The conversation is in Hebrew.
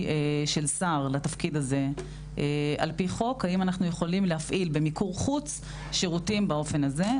של שר לתפקיד הזה על פי חוק להפעיל במיקור חוץ שירותים באופן הזה.